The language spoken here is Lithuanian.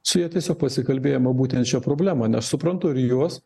su ja tiesiog pasikalbėjimą būtent šia problema nes suprantu ir juos